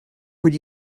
would